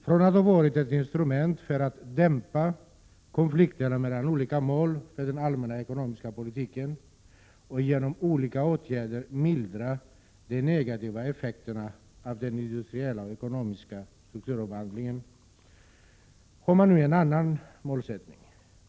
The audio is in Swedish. Från att ha varit ett instrument för att dämpa konflikterna mellan olika mål i den allmänna ekonomiska politiken och för att genom olika åtgärder mildra de negativa effekterna av den industriella strukturomvandlingen, har den nu en annan målsättning.